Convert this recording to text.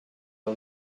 ago